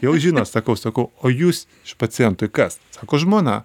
jau žino sakau sakau o jūs pacientui kas sako žmona